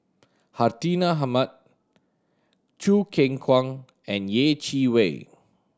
Hartinah Ahmad Choo Keng Kwang and Yeh Chi Wei